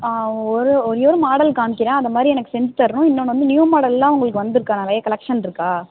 ஆ ஒரு ஒரே ஒரு மாடல் காமிக்கிறேன் அதே மாதிரி எனக்கு வந்து செஞ்சு தரணும் இன்னொன்று வந்து நியூ மாடல் எல்லாம் உங்களுக்கு வந்திருக்கா நிறைய கலெக்ஷன் இருக்கா